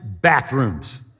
bathrooms